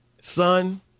Son